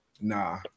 Nah